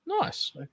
Nice